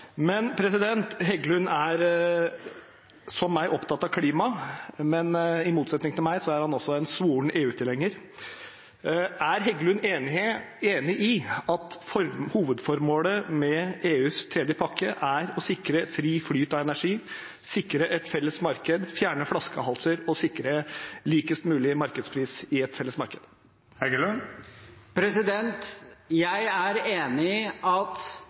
Heggelund er som meg opptatt av klima, men i motsetning til meg er han en svoren EU-tilhenger. Er Heggelund enig i at hovedformålet med EUs tredje pakke er å sikre fri flyt av energi, sikre et felles marked, fjerne flaskehalser og sikre mest mulig lik markedspris i et felles marked? Jeg er enig i at denne energimarkedspakken for Norges del ikke vil føre til så store endringer. Jeg tror nesten at